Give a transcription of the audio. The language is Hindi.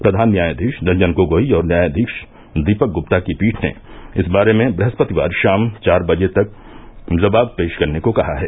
प्रधान न्यायाधीश रंजन गोगोई और न्यायाधीश दीपक गुप्ता की पीठ ने इस बारे में ब्रहस्पतिवार शाम चार बजे तक जवाब पेश करने को कहा है